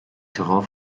terrain